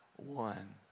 one